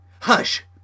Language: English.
hush